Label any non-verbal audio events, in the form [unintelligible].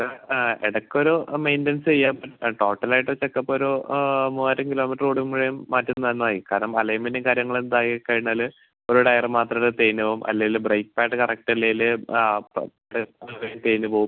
ആ ഇടയ്ക്ക് ഒരു മെയിൻ്റനൻസ് ചെയ്യുക ഇപ്പ ടോട്ടൽ ആയിട്ട് ചെക്കപ്പ് ഒരു മൂവായിരം കിലോമീറ്റർ ഓടുമ്പഴും മറ്റും നന്നായി കാരണം അലൈൻമെൻറ്റും കാര്യങ്ങളും ഇത് ആയി കഴിഞ്ഞാല് ഒര് ടയറ് മാത്രം അത് തേഞ്ഞ് പോവും അല്ലേല് ബ്രേക്ക് പാഡ് കറക്റ്റ് അല്ലേല് ആ അപ്പം സ്റ്റെപ്പ് [unintelligible] വരെ തേഞ്ഞ് പോവും